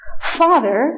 Father